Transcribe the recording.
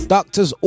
Doctors